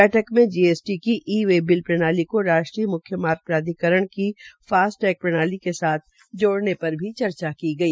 बैठक में जीएसटी की ई वे बिल प्रणाली को राष्ट्रीय मुख्य मार्ग प्राधिकरण की फास्ट टैग प्रणाली के साथ जोड़ने पर भी चर्चा हुई